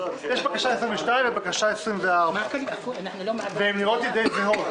יש בקשה 22 ובקשה 24, והן נראות לי די זהות.